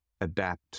adapt